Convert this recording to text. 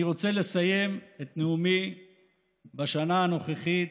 אני רוצה לסיים את נאומי בשנה הנוכחית